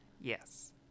Yes